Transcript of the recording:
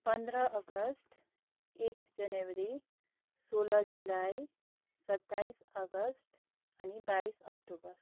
पन्ध्र अगस्ट एक जनवरी सोह्र जुलाई सत्ताइस अगस्ट अनि बाइस अक्टोबर